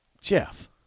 Jeff